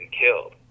killed